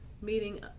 meeting